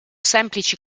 semplici